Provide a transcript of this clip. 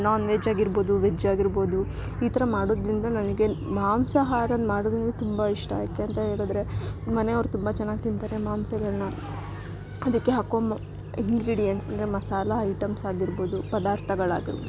non veg ಆಗಿರ್ಬೋದು veg ಆಗಿರ್ಬೋದು ಈ ಥರ ಮಾಡೋದ್ರಿಂದ ನನಗೆ ಮಾಂಸಹಾರದ ಮಾಡೋದಂದರೆ ತುಂಬ ಇಷ್ಟ ಯಾಕೆ ಅಂತ ಹೇಳಿದ್ರೆ ಮನೆಯವರು ತುಂಬ ಚೆನ್ನಾಗ್ ತಿಂತಾರೆ ಮಾಂಸಗಳನ್ನ ಅದಕ್ಕೆ ಹಾಕೋಮ್ ಇಂಗ್ರಿಡಿಯನ್ಸ್ ಅಂದರೆ ಮಸಾಲ ಹೈಟಮ್ಸ್ ಆಗಿರ್ಬೋದು ಪದಾರ್ಥಗಳಾಗಿರ್ಬೋದು